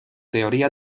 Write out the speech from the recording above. teoría